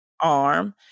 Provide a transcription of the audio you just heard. arm